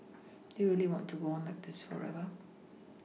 do you really want to go on like this forever